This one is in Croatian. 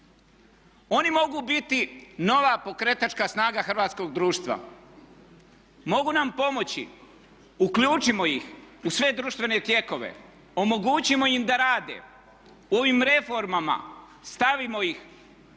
Oni mogu biti nova pokretačka snaga hrvatskog društva, mogu nam pomoći, uključimo ih u sve društvene tijekove, omogućimo im da rade u ovim reformama, stavimo ih u